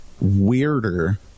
weirder